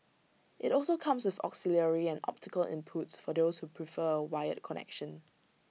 IT also comes with auxiliary and optical inputs for those who prefer A wired connection